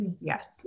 Yes